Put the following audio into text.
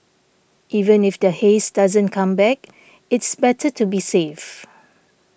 even if the haze doesn't come back it's better to be safe